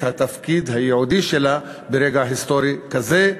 התפקיד הייעודי שלה ברגע היסטורי כזה,